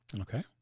Okay